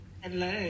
Hello